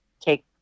take